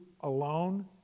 alone